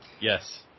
Yes